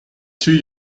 two